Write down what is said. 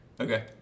Okay